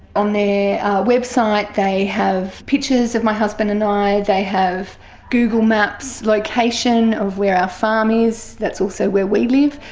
on their website they have pictures of my husband and i, they have google maps location of where our farm is, that's also where we live.